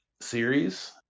series